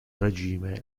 regime